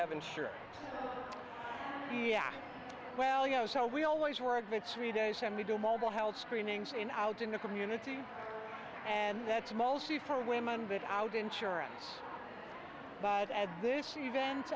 have insurance well you know so we always were admits three days and we do mobile health screenings out in the community and that's mostly for women but out insurance but at this event